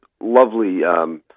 lovely